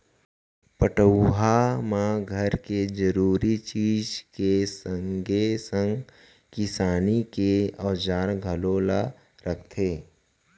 पटउहाँ म घर के जरूरी चीज के संगे संग किसानी के औजार घलौ ल रखथे